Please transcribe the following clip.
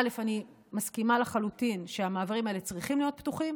אני מסכימה לחלוטין שהמעברים האלה צריכים להיות פתוחים,